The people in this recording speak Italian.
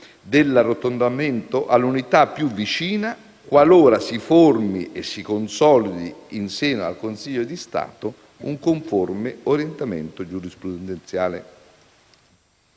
dell'arrotondamento all'unità più vicina, qualora si formi e si consolidi, in seno al Consiglio di Stato, un conforme orientamento giurisprudenziale.